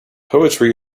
poetry